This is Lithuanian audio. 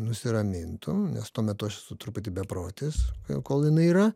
nusiramintum nes tuo metu aš esu truputį beprotis kol jinai yra